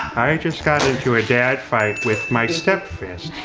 i just got into a dad fight with my step fist.